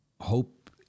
hope